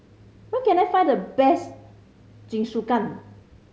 where can I find the best Jingisukan